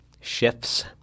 shifts